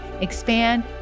expand